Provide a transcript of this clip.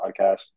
podcast